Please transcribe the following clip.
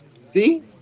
See